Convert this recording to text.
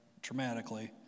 traumatically